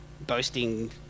boasting